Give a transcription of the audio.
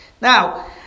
Now